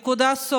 נקודה.